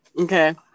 Okay